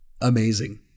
amazing